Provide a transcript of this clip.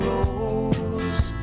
Rose